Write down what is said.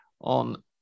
on